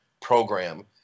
program